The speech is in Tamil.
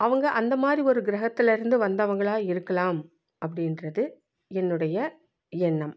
அவங்க அந்தமாதிரி ஒரு கிரகத்துலேருந்து வந்தவங்களாக இருக்கலாம் அப்படின்றது என்னுடைய எண்ணம்